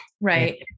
Right